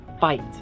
fight